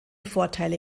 vorteile